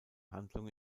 handlung